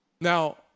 Now